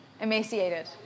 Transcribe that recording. emaciated